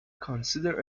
consider